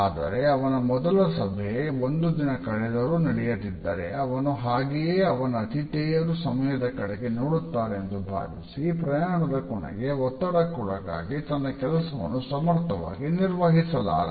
ಆದರೆ ಅವನ ಮೊದಲ ಸಭೆ ಒಂದು ದಿನ ಕಳೆದರೂ ನಡೆಯದಿದ್ದರೆ ಅವನ ಹಾಗೆಯೇ ಅವನ ಆತಿಥೇಯರು ಸಮಯದ ಕಡೆಗೆ ನೋಡುತ್ತಾರೆಂದು ಭಾವಿಸಿ ಪ್ರಯಾಣದ ಕೊನೆಗೆ ಒತ್ತಡಕ್ಕೊಳಗಾಗಿ ತನ್ನ ಕೆಲಸವನ್ನು ಸಮರ್ಥವಾಗಿ ನಿರ್ವಹಿಸಲಾರ